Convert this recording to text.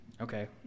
Okay